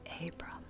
Abram